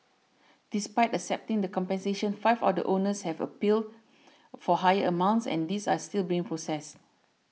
despite accepting the compensation five of the owners have appeals for higher amounts and these are still being processed